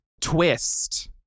twist